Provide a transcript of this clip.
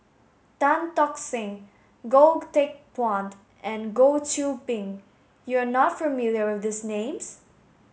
tan Tock Seng Goh Teck Phuan and Goh Qiu Bin you are not familiar with these names